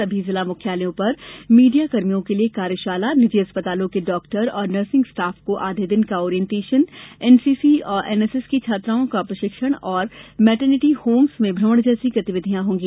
सभी जिला मुख्यालयों पर मीडियाकर्मियों के लिए कार्यशाला निजी अस्पतालों के डाक्टर और नर्सिंग स्टाफ को आधे दिन का ओरिएंटेशन एनसीसी एवं एनएसएस की छात्राओं का प्रशिक्षण एवं मेटरनिटी होम्स में भ्रमण जैसी गतिविधियाँ होंगी